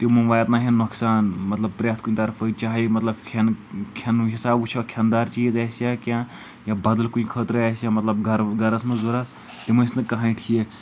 تِم واتہٕ ناہن نۄقصان مطلب پرٛٮ۪تھ کُنہٕ طرفہٕ چاہے مطلب کھٮ۪ن کھٮ۪نُک حساب وٕچھو کھٮ۪ن دار چیٖز اسہِ ہے کینٛہہ یا بدلہٕ کُنہِ خٲطرٕ آسہِ ہے مطلب گرٕ گرس منٛز ضروٗرت تِم ٲسۍ نہٕ کٕہیٖنۍ ٹھیٖک